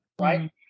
right